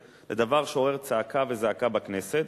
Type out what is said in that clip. זה דבר שעורר צעקה וזעקה בכנסת,